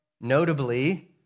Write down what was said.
Notably